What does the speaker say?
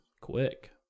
quick